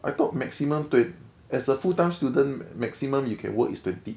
I thought maximum eh as a full time student maximum you can work is twenty